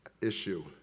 issue